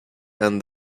and